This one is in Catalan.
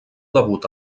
debut